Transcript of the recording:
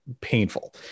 painful